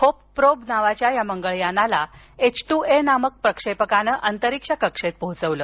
Hope probe नावाच्या या मंगळ यानाला एच टू ए नामक प्रक्षेपकाने अंतरिक्ष कक्षेत पोहोचवलं